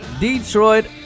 Detroit